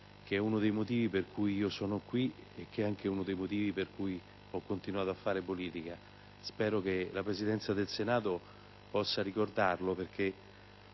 uno dei motivi per cui io sono qui ed è anche uno dei motivi per cui ho continuato a fare politica. Spero dunque che la Presidenza del Senato possa ricordarlo.